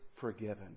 forgiven